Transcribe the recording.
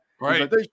Right